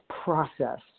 process